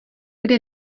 kde